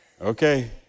Okay